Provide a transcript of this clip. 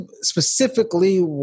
specifically